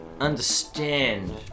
Understand